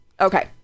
Okay